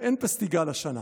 זה בשטחים.